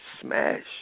smash